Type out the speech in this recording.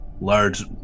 large